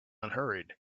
unhurried